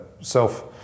self